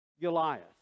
Goliath